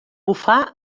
bufar